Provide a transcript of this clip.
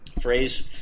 Phrase